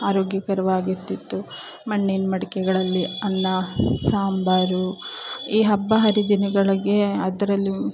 ಆರೋಗ್ಯಕರವಾಗಿರ್ತಿತ್ತು ಮಣ್ಣಿನ ಮಡಕೆಗಳಲ್ಲಿ ಅನ್ನ ಸಾಂಬಾರು ಈ ಹಬ್ಬ ಹರಿದಿನಗಳಿಗೆ ಅದರಲ್ಲಿ